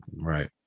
Right